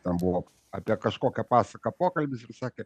ten buvo apie kažkokią pasaką pokalbis ir sakė